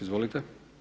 Izvolite.